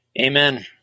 Amen